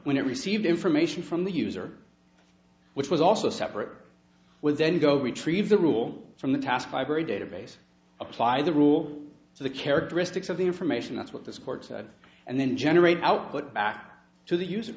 when i received information from the user which was also separate will then go retrieve the rule from the task fiber a database apply the rule to the characteristics of the information that's what this court said and then generate output back to the use